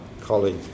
colleague